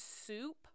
soup